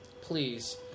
please